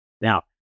now